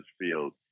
Field